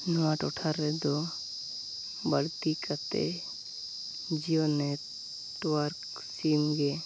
ᱱᱚᱣᱟ ᱴᱚᱴᱷᱟᱨᱮᱫᱚ ᱵᱟᱹᱲᱛᱤ ᱠᱟᱛᱮᱫ ᱡᱤᱭᱳ ᱱᱮᱴᱚᱣᱟᱨᱠ ᱥᱤᱢᱜᱮ